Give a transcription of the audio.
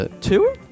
two